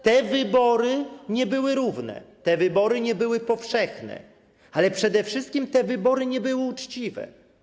Te wybory nie były równe, te wybory nie były powszechne, ale przede wszystkim te wybory nie były uczciwe.